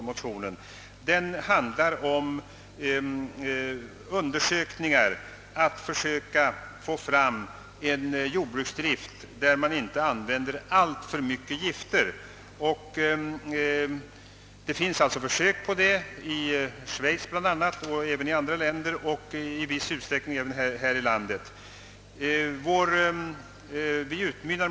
I motionerna begärs undersökningar för att försöka åstadkomma en jordbruksdrift där man inte använder alltför mycket gifter. Försök i detta avseende har gjorts i Schweiz och andra länder, i viss utsträckning även här i landet.